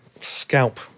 Scalp